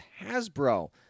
Hasbro